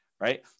Right